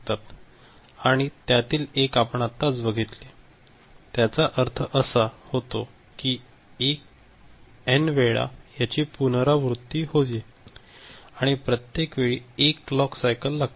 त्यातील एक आपण आत्ताच बघितले त्याचा अर्थ असा होतो कि एन वेळा याची पुनरावृत्ती होईल आणि प्रत्येक वेळी एक क्लॉक सायकल लागते